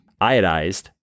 iodized